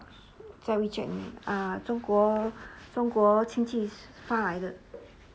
在 WeChat 中国中国亲戚发来的